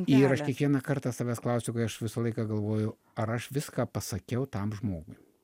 ir aš kiekvieną kartą savęs klausiu kai aš visą laiką galvoju ar aš viską pasakiau tam žmogui